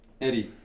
Eddie